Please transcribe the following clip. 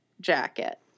jacket